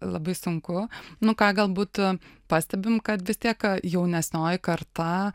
labai sunku nu ką galbūt pastebim kad vis tiek jaunesnioji karta